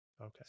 Okay